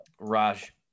Raj